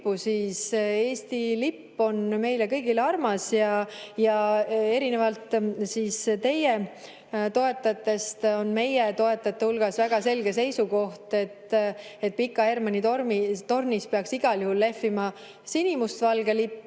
siis Eesti lipp on meile kõigile armas. Erinevalt teie toetajatest on meie toetajatel väga selge seisukoht, et Pika Hermanni tornis peaks igal juhul lehvima sinimustvalge lipp,